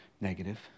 negative